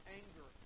anger